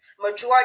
Majority